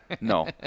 No